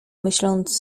myśląc